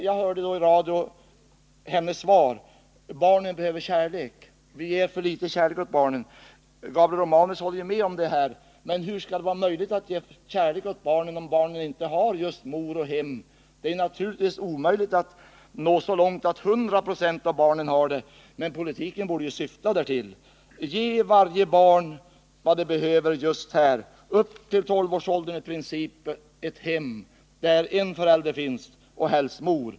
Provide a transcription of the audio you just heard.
Jag hörde i radio hennes svar: Barnen behöver kärlek. Vi ger för litet kärlek åt barnen. Gabriel Romanus håller ju med om detta. Men hur skall det vara möjligt att ge kärlek åt barnen om barnen inte har mor och hem? Det är naturligtvis omöjligt att nå så långt att 100 96 av barnen har mor och hem, men politiken borde ju syfta därtill. Ge varje barn vad det behöver härvidlag — upp till tolvårsåldern i princip ett hem där en förälder finns, och helst en mor!